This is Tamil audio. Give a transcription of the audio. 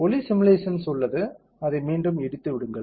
ஒலி சிமுலேஷன்ஸ் உள்ளது அதை மீண்டும் இடித்து விடுங்கள்